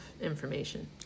information